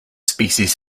species